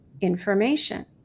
information